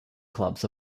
clubs